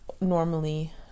normally